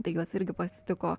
tai juos irgi pasitiko